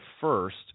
first